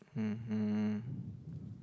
mmhmm